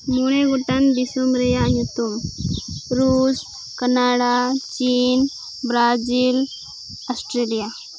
ᱢᱚᱬᱮ ᱜᱚᱴᱟᱝ ᱫᱤᱥᱚᱢ ᱨᱮᱭᱟᱜ ᱧᱩᱛᱩᱢ ᱨᱩᱥ ᱠᱟᱱᱟᱲᱟ ᱪᱤᱱ ᱵᱨᱟᱡᱤᱞ ᱚᱥᱴᱨᱮᱞᱤᱭᱟ